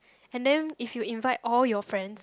and then if you invite all your friends